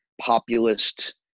populist